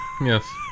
Yes